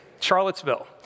Charlottesville